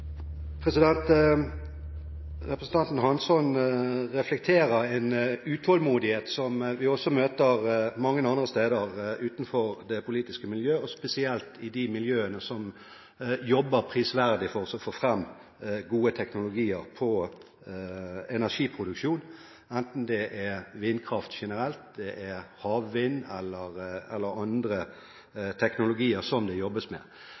Representanten Hansson reflekterer en utålmodighet som vi også møter mange andre steder utenfor det politiske miljø, spesielt i de miljøene som jobber prisverdig for å få fram gode teknologier for energiproduksjon, enten det er vindkraft generelt, havvind eller andre teknologier som det jobbes med.